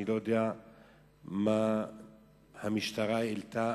אני לא יודע מה המשטרה העלתה,